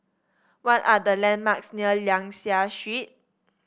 what are the landmarks near Liang Seah Street